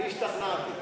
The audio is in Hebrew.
אני השתכנעתי.